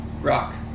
rock